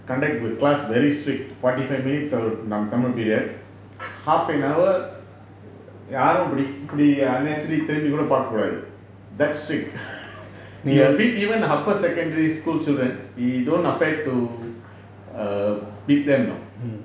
conduct the class very strict forty five minutes one tamil period half an hour யாரும் இப்புடி இப்புடி:yarum ippudi ippudi unnecessary திரும்பி கூட பாக்க கூடாது:thirumbi kooda paakka koodathu that strict he will beat even upper secondary school children he don't afraid to err beat them know